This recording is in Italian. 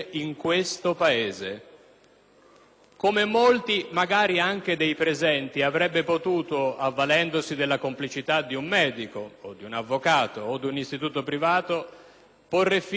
Come molti, magari anche dei presenti, avrebbe potuto, avvalendosi della complicità di un medico, di un avvocato o di un istituto privato, porre fine a quella sofferenza